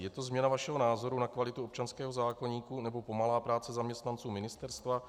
Je to změna vašeho názoru na kvalitu občanského zákoníku, nebo pomalá práce zaměstnanců ministerstva?